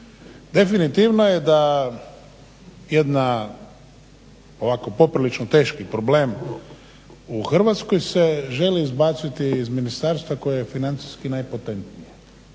Definitivno je da jedna ovako poprilično teški problem u Hrvatskoj se želi izbaciti iz ministarstva koje je financijski najpotentnije,